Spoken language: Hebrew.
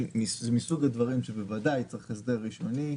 זה מסוג הדברים שבוודאי צריך הסדר ראשוני,